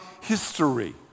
history